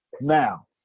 Now